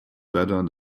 better